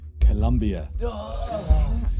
Colombia